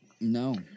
No